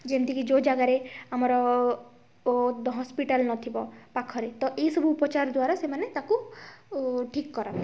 ଯେମିତିକି ଯେଉଁ ଜାଗାରେ ଆମର ହସ୍ପିଟାଲ୍ ନଥିବ ପାଖରେ ତ ଏହି ସବୁ ଉପଚାର ଦ୍ଵାରା ସେମାନେ ତାକୁ ଠିକ୍ କରନ୍ତି